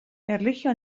erlijio